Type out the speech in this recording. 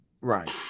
Right